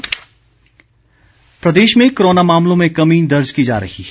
Himachal corona Pradesh में corona मामलों में कमी दर्ज की जा रही है